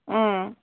ꯎꯝ